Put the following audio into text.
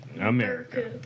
America